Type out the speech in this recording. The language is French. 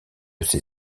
ces